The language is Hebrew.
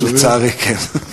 לצערי, כן.